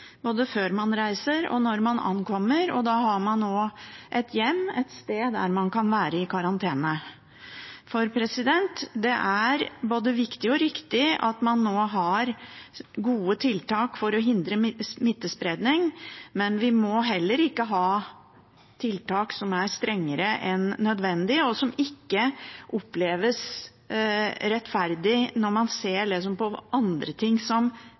både før man reiser og når man ankommer, og da har man også et hjem – et sted der man kan være i karantene. Det er både viktig og riktig at man nå har gode tiltak for å hindre smittespredning, men vi må heller ikke ha tiltak som er strengere enn nødvendig, eller som ikke oppleves som rettferdige når man ser på andre ting